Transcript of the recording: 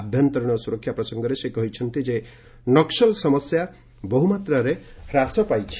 ଆଭ୍ୟନ୍ତରୀଣ ସୁରକ୍ଷା ପ୍ରସଙ୍ଗରେ ସେ କହିଛନ୍ତି ଯେ ନକୁଲ ସମସ୍ୟା ବହୁମାତ୍ୱାରେ ହାସ ପାଇଛି